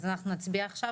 אנחנו נצביע עכשיו.